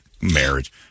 marriage